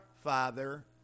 Father